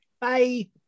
Bye